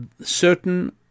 certain